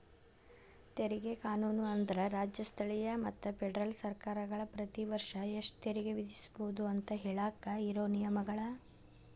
ತೆರಿಗೆ ಕಾನೂನು ಅಂದ್ರ ರಾಜ್ಯ ಸ್ಥಳೇಯ ಮತ್ತ ಫೆಡರಲ್ ಸರ್ಕಾರಗಳ ಪ್ರತಿ ವರ್ಷ ಎಷ್ಟ ತೆರಿಗೆ ವಿಧಿಸಬೋದು ಅಂತ ಹೇಳಾಕ ಇರೋ ನಿಯಮಗಳ